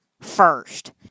first